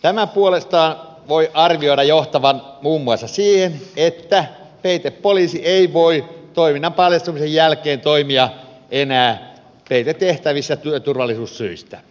tämän puolestaan voi arvioida johtavan muun muassa siihen että peitepoliisi ei voi toiminnan paljastumisen jälkeen toimia enää peitetehtävissä työturvallisuussyistä